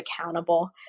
accountable